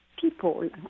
people